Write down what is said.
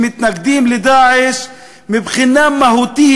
שמתנגדים ל"דאעש" מבחינה מהותית,